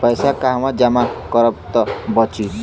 पैसा कहवा जमा करब त बची?